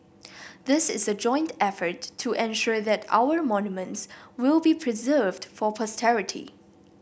this is a joint effort to ensure that our monuments will be preserved for posterity